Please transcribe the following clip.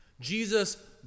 Jesus